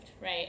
right